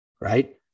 right